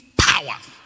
power